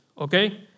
okay